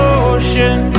ocean